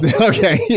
Okay